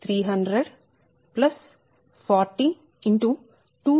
10 x 373